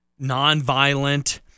nonviolent